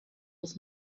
muss